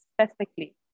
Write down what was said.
specifically